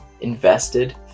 invested